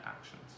actions